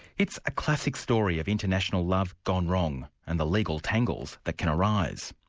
it's a classic story of international love gone wrong, and the legal tangles that can arise.